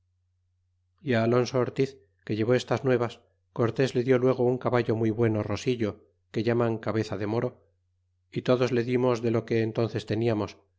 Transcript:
e alonso ortiz que llevó estas nuevas cortés le dió luego un caballo muy bueno rosillo que llaman cabeza de moro y todos le dimos de lo que entónces teniamos